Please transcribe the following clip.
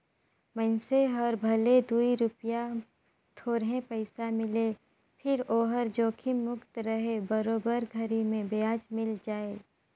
मइनसे हर भले दूई रूपिया थोरहे पइसा मिले फिर ओहर जोखिम मुक्त रहें बरोबर घरी मे बियाज मिल जाय